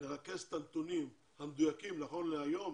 לרכז את הנתונים המדויקים נכון להיום